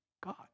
God